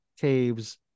Caves